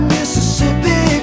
Mississippi